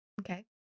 Okay